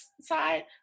side